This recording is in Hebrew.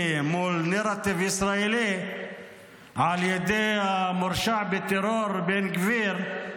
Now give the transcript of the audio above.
מול נרטיב ישראלי על ידי המורשע בטרור בן גביר,